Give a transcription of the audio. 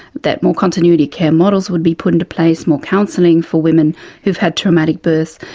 that more continuity care models would be put into place, more counselling for women who've had traumatic births.